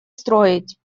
строить